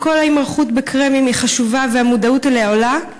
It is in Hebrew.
ההימרחות בקרמים חשובה, והמודעות אליה עולה,